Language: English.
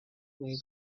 way